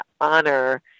honor